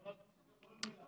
לכל מילה.